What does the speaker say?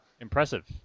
Impressive